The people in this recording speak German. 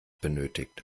benötigt